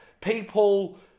people